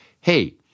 hey